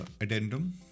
addendum